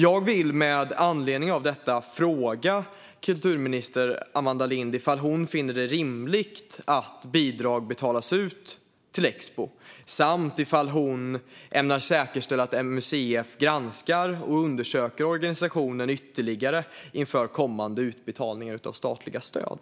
Jag vill med anledning av detta fråga kulturminister Amanda Lind ifall hon finner det rimligt att bidrag betalas ut till Expo samt ifall hon ämnar säkerställa att MUCF granskar och undersöker organisationen ytterligare inför kommande utbetalningar av statliga stöd?